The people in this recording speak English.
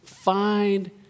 find